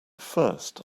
first